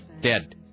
Dead